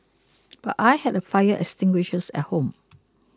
but I had a fire extinguishers at home